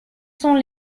sont